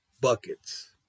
buckets